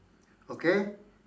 okay